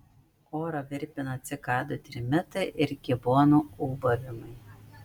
orą virpina cikadų trimitai ir gibonų ūbavimai